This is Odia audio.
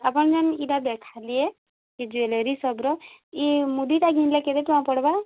ଆପଣମାନେ ଯେଇଟା ଦେଖାଲେ ସେ ଜୁଏଲେରି ସପ୍ର ଏ ମୁଦିଟା କିନ୍ଲେ କେତେ ଟଙ୍କା ପଡ଼୍ବା